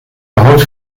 behoud